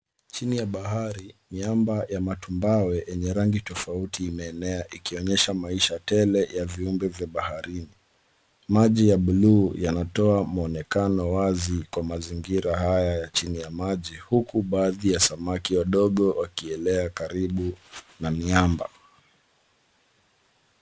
Chini ya bahari, miamba ya matumbawe yenye rangi tofauti imenea, ikionyesha maisha tele ya viumbe wa baharini. Maji ya buluu yanatoa mwonekano wazi wa mazingira haya chini ya maji, huku baadhi ya samaki wadogo wakielea karibu na miamba.